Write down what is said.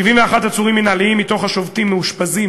71 עצורים מינהליים מתוך השובתים מאושפזים